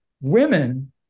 Women